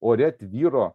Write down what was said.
ore tvyro